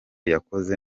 yakozwe